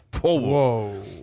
Whoa